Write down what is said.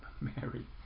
Mary